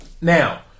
Now